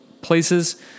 places